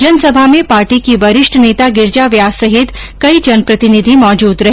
जनसभा में पार्टी की वरिष्ठ नेता गिरिजा व्यास सहित कई जनप्रतिनिधि मौजूद रहे